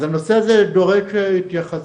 אז הנושא הזה דורש התייחסות.